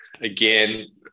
again